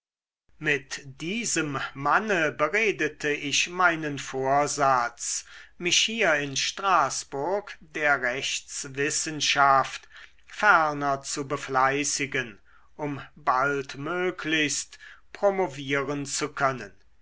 mit diesem manne beredete ich meinen vorsatz mich hier in straßburg der rechtswissenschaft ferner zu befleißigen um baldmöglichst promovieren zu können